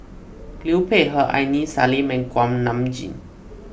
Liu Peihe Aini Salim Kuak Nam Jin